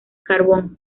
carbón